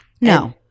No